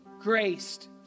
graced